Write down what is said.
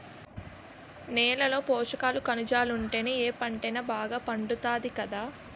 నేలలో పోసకాలు, కనిజాలుంటేనే ఏ పంటైనా బాగా పండుతాది కదా